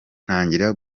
ntangira